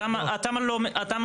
התמ"א לא מתעסקת בזה.